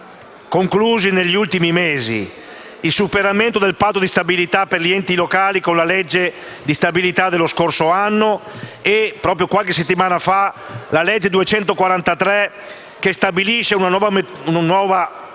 conclusi negli ultimi mesi: il superamento del Patto di stabilità per gli enti locali con la legge di stabilità dello scorso anno e, proprio qualche settimana fa, il disegno di legge di modifica